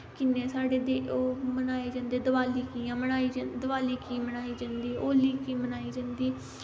किन्ने साढ़े ओह्म मनाई जंदी दिवाली की मनाई जंदी होली की मनाई जंदी ऐ ओह् मनाए जंदे दिवाली कि